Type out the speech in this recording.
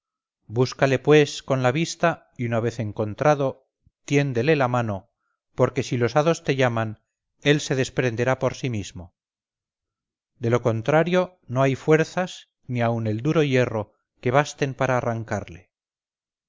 búscale pues con la vista y una vez encontrado tiéndele la mano porque si los hados te llaman él se desprenderá por sí mismo de lo contrario no hay fuerzas ni aun el duro hierro que basten para arrancarle